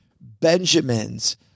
benjamins